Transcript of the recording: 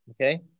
Okay